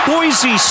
Boise